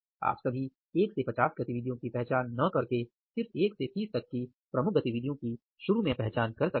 आप सभी एक से 50 गतिविधियों की पहचान न करके सिर्फ 1 से 30 प्रमुख गतिविधियों की शुरू में पहचान कर सकते हैं